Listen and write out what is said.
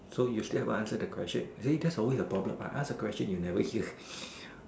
so you still haven't answer the question really that's always the problem I ask a question you never hear